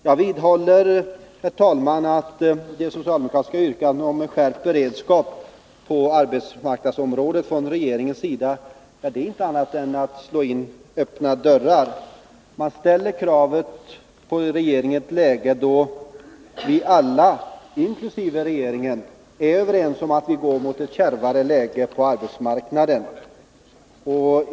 Jag vidhåller, herr talman, att socialdemokraterna genom sitt yrkande om en skärpt beredskap från regeringens sida på arbetsmarknadsområdet inte gör någonting annat än att slå in öppna dörrar. De ställer detta krav på regeringen då vi alla, inklusive regeringen, är överens om att vi går mot ett kärvare läge på arbetsmarknaden.